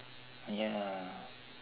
ya